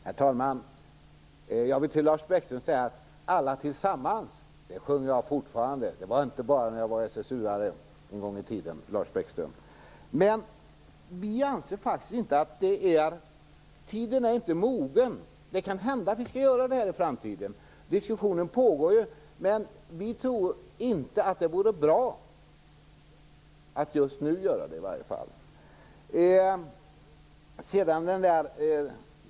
Herr talman! Till Lars Bäckström vill jag säga att jag fortfarande sjunger: Alla tillsammans! Det var inte bara när jag var SSU-are en gång i tiden. Men vi anser faktiskt inte att tiden är mogen. Det kan hända att vi skall göra detta i framtiden. Diskussionen pågår ju, men vi tror inte att det vore bra att göra det just nu i alla fall.